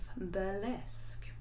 burlesque